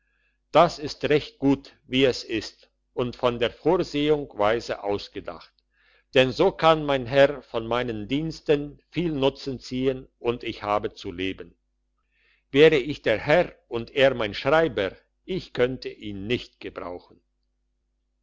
das ist recht gut wie es ist und von der vorsehung weise ausgedacht denn so kann mein herr von meinen diensten viel nutzen ziehen und ich habe zu leben wäre ich der herr und er mein schreiber ihn könnte ich nicht brauchen